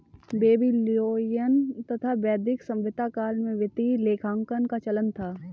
Babylonian तथा वैदिक सभ्यता काल में वित्तीय लेखांकन का चलन था